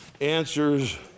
answers